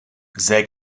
zij